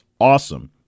awesome